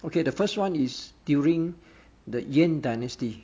okay the first one is during the yuan dynasty